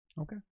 Okay